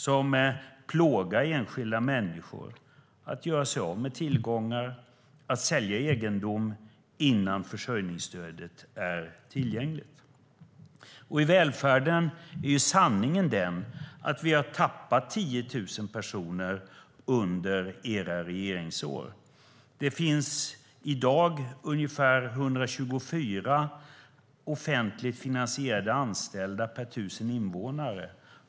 Det plågar enskilda människor att göra sig av med tillgångar och sälja egendom innan försörjningsstödet är tillgängligt. Inom välfärden är sanningen den att 10 000 personer har tappats under era regeringsår. Det finns i dag ungefär 124 offentligt finansierade anställda per 1 000 invånare.